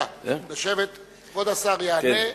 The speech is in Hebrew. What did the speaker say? כבוד השר יענה.